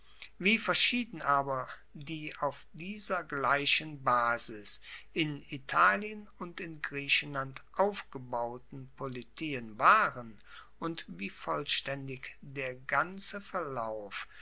wie verschieden aber die auf dieser gleichen basis in italien und in griechenland aufgebauten politien waren und wie vollstaendig der ganze verlauf